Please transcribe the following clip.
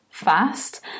Fast